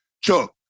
Chuck